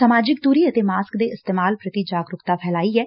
ਸਮਾਜਿਕ ਦੂਰੀ ਅਤੇ ਮਾਸਕ ਦੇ ਇਸਤੇਮਾਲ ਪ੍ਰਤੀ ਜਾਗਰੂਕਤਾ ਫੈਲਾਈ ਏ